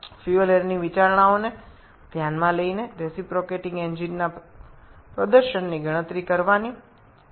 জ্বালানী বায়ুর বিবেচনায় বিবেচনা করে রিসিপোক্রেটিং ইঞ্জিনগুলির কার্যকারিতা গণনা করার জন্য আমরা দুটি আপেক্ষিক তাপের উপর বেশ কয়েকটি গাণিতিক সমস্যা সমাধান করেছি